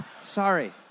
Sorry